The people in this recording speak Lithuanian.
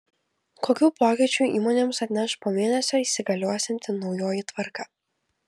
kokių pokyčių įmonėms atneš po mėnesio įsigaliosianti naujoji tvarka